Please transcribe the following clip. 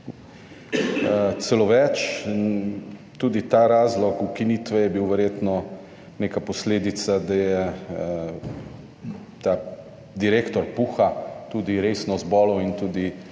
Celo več. Tudi ta razlog ukinitve je bil verjetno neka posledica, da je ta direktor PUH-a tudi resno zbolel in tudi